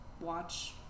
watch